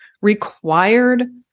required